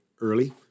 early